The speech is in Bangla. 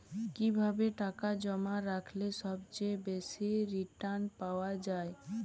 কিভাবে টাকা জমা রাখলে সবচেয়ে বেশি রির্টান পাওয়া য়ায়?